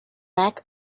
mac